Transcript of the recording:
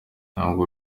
ntabwo